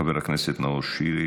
חבר הכנסת נאור שירי,